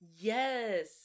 yes